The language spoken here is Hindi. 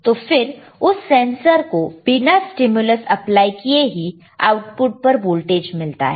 तो फिर उस सेंसर को बिना स्टिम्यलस अप्लाई किए ही आउटपुट पर वोल्टेज मिलता है